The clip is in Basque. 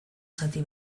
zati